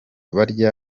barya